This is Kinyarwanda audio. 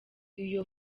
iyo